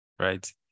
Right